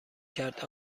کرد